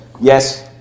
Yes